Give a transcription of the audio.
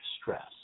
stress